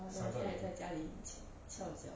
then 在家里翘翘脚